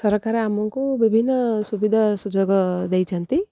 ସରକାର ଆମକୁ ବିଭିନ୍ନ ସୁବିଧା ସୁଯୋଗ ଦେଇଛନ୍ତି